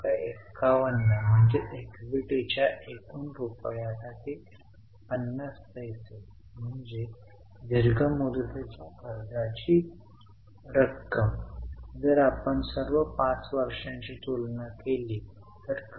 ते एफ आहे कारण ही 3000 ची वित्तपुरवठा करणारी वस्तू आहे आणि ती डिबेंचरच्या मुद्दय़ाशी संबंधित असते म्हणजेच 17 च्या फेस व्हॅल्यूचे डिबेंचर्स सवलतीत दिले जातात